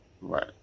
Right